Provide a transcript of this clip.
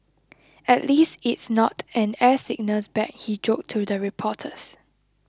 at least it's not an air sickness bag he joked to the reporters